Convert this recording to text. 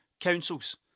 Councils